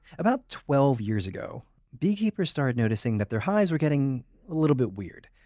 about twelve years ago, beekeepers started noticing that their hives were getting a little bit weird.